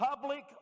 public